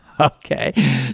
Okay